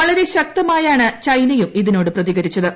വളരെ ശക്തമായാണ് ചൈന്യും ഇതിനോട് പ്രതികരിച്ചത്